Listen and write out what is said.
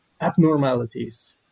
abnormalities